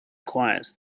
quiet